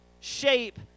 shape